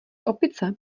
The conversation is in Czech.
opice